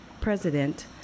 President